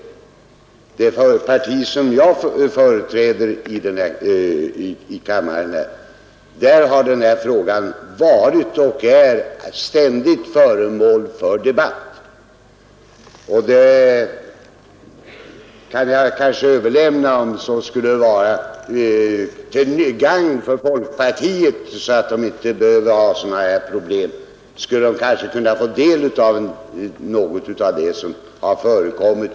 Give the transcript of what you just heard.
Inom det parti som jag representerar här i kammaren är denna fråga ständigt föremål för debatt. Jag överlämnar gärna tipset till folkpartiet, så att man där inte behöver bekymra sig för sådana här problem.